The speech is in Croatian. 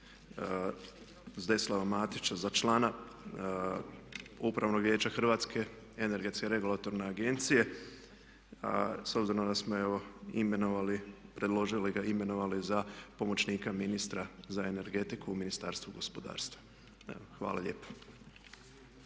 Zdeslava Matića za člana Upravnog vijeća HERA-e s obzirom da smo evo imenovali, predložili ga, imenovali za pomoćnika ministra za energetiku u Ministarstvu gospodarstva. Evo, hvala lijepa.